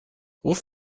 ruf